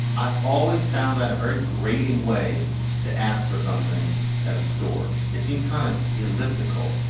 i've always found that a very grating way to ask for something at a store. it seems kind of elliptical,